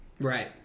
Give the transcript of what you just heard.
Right